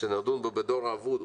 שנדון בו בדור האבוד,